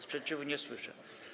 Sprzeciwu nie słyszę.